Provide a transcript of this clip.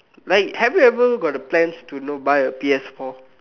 like have you ever got the plans to know buy a P_S-four